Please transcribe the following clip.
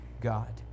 God